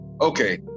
Okay